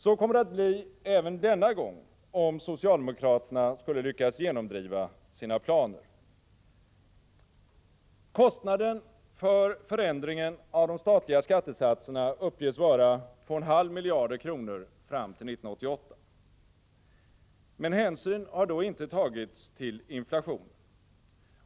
Så kommer det att bli även denna gång, om socialdemokraterna skulle lyckas genomdriva sina planer. Kostnaden för förändringen av de statliga skattesatserna uppges vara 2,5 miljarder kronor fram till 1988. Men hänsyn har då inte tagits till inflationen.